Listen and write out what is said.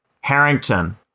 Harrington